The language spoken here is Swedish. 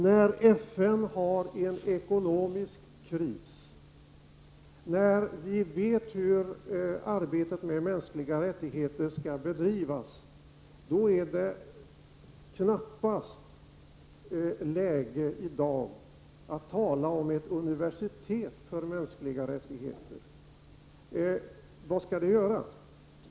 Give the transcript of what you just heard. När FN har en ekonomisk kris och när vi vet hur arbetet med de mänskliga rättigheterna skall bedrivas, är det knappast läge att i dag tala om ett universitet för mänskliga rättigheter. Vad skall vi då göra?